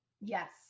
Yes